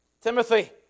Timothy